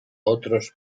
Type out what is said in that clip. otros